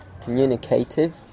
communicative